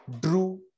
drew